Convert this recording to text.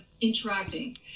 interacting